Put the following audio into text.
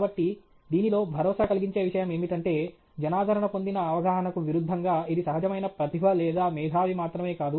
కాబట్టి దీనిలో భరోసా కలిగించే విషయం ఏమిటంటే జనాదరణ పొందిన అవగాహనకు విరుద్ధంగా ఇది సహజమైన ప్రతిభ లేదా మేధావి మాత్రమే కాదు